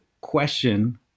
question